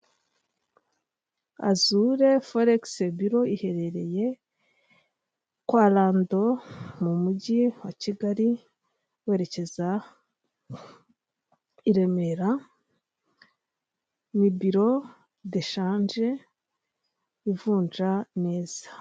Azure foregisi biro iherereye kwa rando mu mujyi wa Kigali, werekeza i Remera, ni biro deshanje ivunja neza.